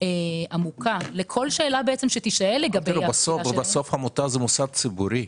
עמוקה לכל שאלה שתישאל לגביהן --- עמותה זה מוסד ציבורי.